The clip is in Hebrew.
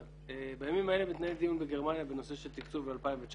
בימים האלה מתנהל דיון בגרמניה בנושא של תקצוב ל-2019.